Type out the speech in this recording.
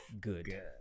good